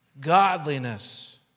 Godliness